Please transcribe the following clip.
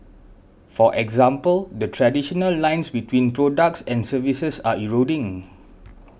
for example the traditional lines between products and services are eroding